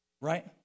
Right